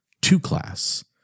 two-class